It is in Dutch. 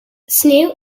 sneeuw